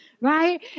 right